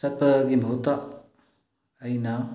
ꯆꯠꯄꯒꯤ ꯃꯍꯨꯠꯇ ꯑꯩꯅ